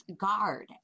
guard